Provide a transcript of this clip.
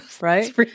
Right